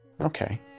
Okay